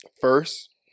First